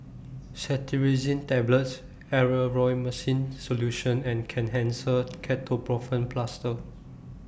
Cetirizine Tablets Erythroymycin Solution and Kenhancer Ketoprofen Plaster